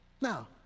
Now